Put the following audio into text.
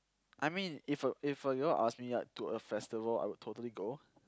I mean if a if a girl asked me out to a festival I would totally go